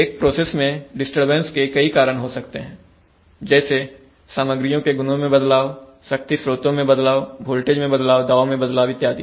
एक प्रोसेस में डिस्टरबेंस के कई कारण हो सकते हैं जैसे सामग्रियों के गुणों में बदलाव शक्ति स्रोतों में बदलाव वोल्टेज में बदलाव दाब में बदलाव इत्यादि